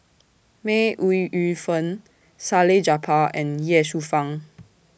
May Ooi Yu Fen Salleh Japar and Ye Shufang